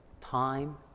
time